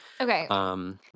Okay